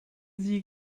sie